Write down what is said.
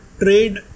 trade